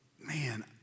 man